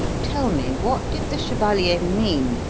tell me what did the chevalier mean,